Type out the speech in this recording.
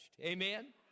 Amen